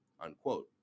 unquote